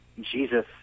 Jesus